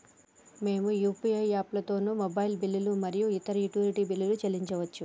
మేము యూ.పీ.ఐ యాప్లతోని మొబైల్ బిల్లులు మరియు ఇతర యుటిలిటీ బిల్లులను చెల్లించచ్చు